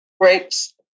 grapes